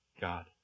God